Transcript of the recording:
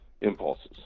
impulses